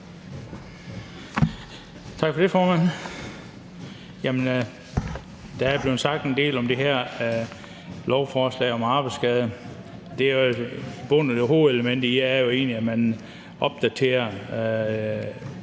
Tak for det, formand. Der er blevet sagt en del om det her lovforslag om arbejdsskader. Hovedelementet i det er egentlig, at man opdaterer